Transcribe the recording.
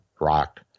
rock